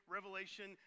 Revelation